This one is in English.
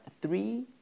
three